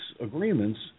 agreements